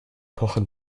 pochen